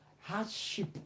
hardship